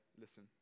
listen